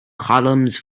columns